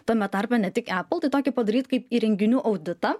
tame tarpe ne tik apple tai tokį padaryt kaip įrenginių auditą